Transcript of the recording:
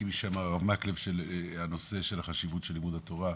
כפי שאמר הרב מקלב ,הנושא של חשיבות של לימודי התורה,